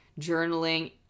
journaling